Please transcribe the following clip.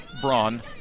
Braun